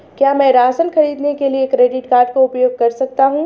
क्या मैं राशन खरीदने के लिए क्रेडिट कार्ड का उपयोग कर सकता हूँ?